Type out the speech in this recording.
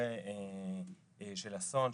במקרה של אסון,